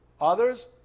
Others